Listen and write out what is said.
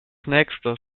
nächstes